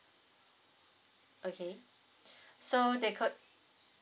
okay so they could